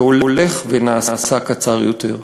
והולך ונעשה קצר יותר,